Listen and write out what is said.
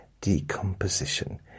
decomposition